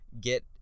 get